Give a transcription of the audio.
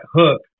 hook